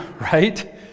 right